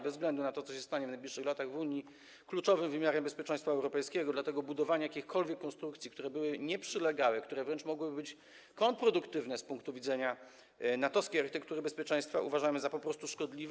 Bez względu na to, co się stanie w najbliższych latach w Unii, NATO pozostaje kluczowym wymiarem bezpieczeństwa europejskiego, dlatego budowanie jakichkolwiek konstrukcji, które by nie przylegały, które wręcz mogłyby być kontrproduktywne z punktu widzenia NATO-wskiej architektury bezpieczeństwa, uważamy po prostu za szkodliwe.